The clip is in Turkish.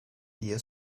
diye